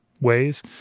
ways